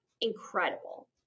incredible